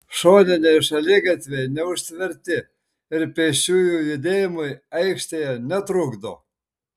šoniniai šaligatviai neužtverti ir pėsčiųjų judėjimui aikštėje netrukdo